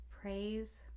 praise